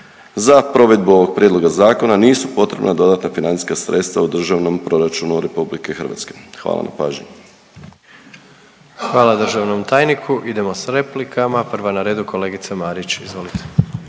Za provedbu ovog prijedloga zakona nisu potrebna dodatna financijska sredstva u Državnom proračunu RH. Hvala na pažnji. **Jandroković, Gordan (HDZ)** Hvala državnom tajniku. Idemo s replikama, prva na redu kolegica Marić, izvolite.